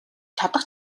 чадах